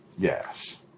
Yes